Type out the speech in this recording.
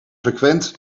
frequent